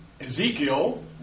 Ezekiel